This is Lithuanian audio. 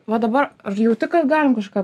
va dabar ar jauti kad galim kažką